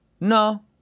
no